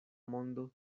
mondo